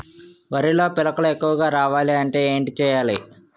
వరిలో పిలకలు ఎక్కువుగా రావాలి అంటే ఏంటి చేయాలి?